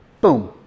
Boom